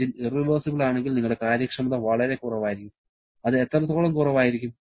engine irreversible ആണെങ്കിൽ നിങ്ങളുടെ കാര്യക്ഷമത വളരെ കുറവായിരിക്കും അത് എത്രത്തോളം കുറവായിരിക്കും